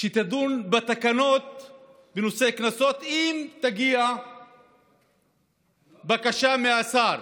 שתדון בתקנות בנושא קנסות, אם תגיע בקשה מהשר,